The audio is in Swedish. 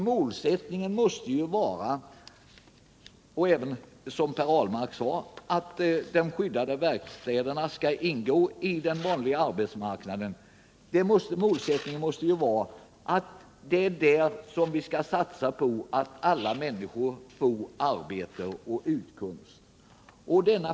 Målet måste ju vara, som Per Ahlmark sade, att de skyddade verkstäderna skall ingå i den vanliga arbetsmarknaden. Vi måste satsa på att alla människor skall få arbete och möjligheter att klara sin utkomst.